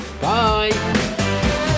Bye